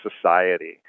society